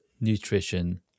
nutrition